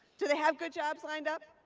do they have good jobs lined up?